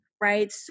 right